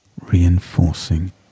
reinforcing